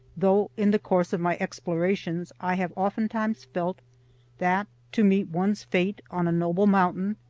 though in the course of my explorations i have oftentimes felt that to meet one's fate on a noble mountain,